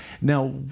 Now